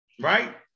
right